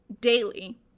daily